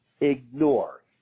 ignore